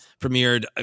premiered